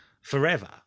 forever